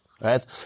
right